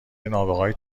نابغههای